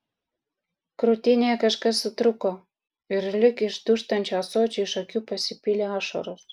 krūtinėje kažkas sutrūko ir lyg iš dūžtančio ąsočio iš akių pasipylė ašaros